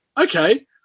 okay